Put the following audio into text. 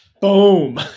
Boom